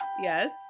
Yes